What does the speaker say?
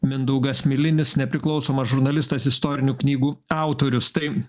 mindaugas milinis nepriklausomas žurnalistas istorinių knygų autorius tai